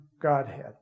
Godhead